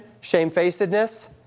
shamefacedness